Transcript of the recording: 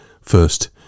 first